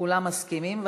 כולם מסכימים?